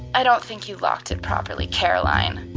i don't think you locked it properly caroline.